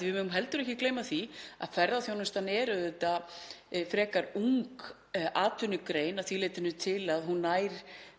Við megum heldur ekki gleyma því að ferðaþjónustan er auðvitað frekar ung atvinnugrein að því leytinu til að hún